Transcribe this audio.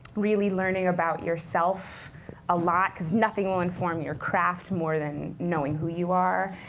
really learning about yourself a lot, because nothing will inform your craft more than knowing who you are.